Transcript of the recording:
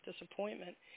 disappointment